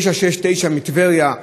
969 מטבריה,